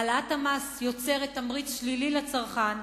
העלאת המס יוצרת תמריץ שלילי לצרכן,